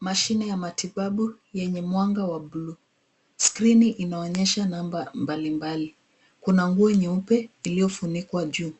Mashine ya matibabu yenye mwanga wa bluu. Skrini inaonyesha namba mbalimbali. Kuna nguo nyeupe iliyofunikwa juu.